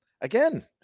Again